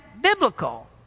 biblical